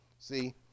See